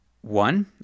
One